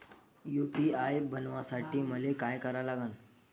UPI बनवासाठी मले काय करा लागन?